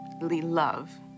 love